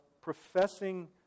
professing